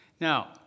Now